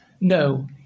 no